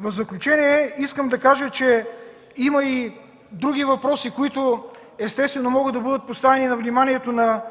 В заключение искам да кажа, че има и други въпроси, които естествено могат да бъдат поставени на вниманието на